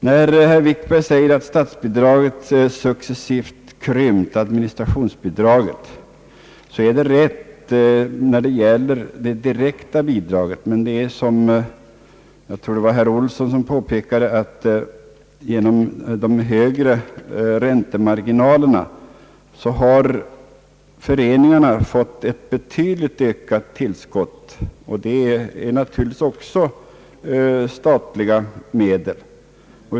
När herr Wikberg säger att administrationsbidraget successivt krymt så är det rätt när det gäller det direkta bidraget, men som här har påpekats, jag tror det var av herr Olsson, har föreningarna genom de högre räntemarginalerna fått ett betydligt ökat tillskott. Det är naturligtvis också statliga medel.